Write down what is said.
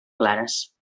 clares